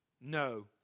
No